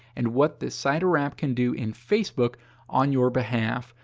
and what this site or app can do in facebook on your behalf.